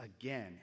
again